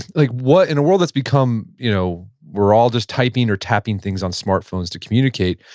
like what, in a world that's become, you know, we're all just typing or tapping things on smartphones to communicate,